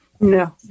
No